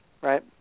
Right